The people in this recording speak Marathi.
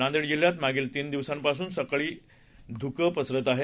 नांदेड जिल्ह्यात मागील तीन दिवसांपासून सकाळी धुई म्हणजे धुकं पसरत आहे